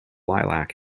lilac